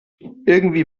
irgendwie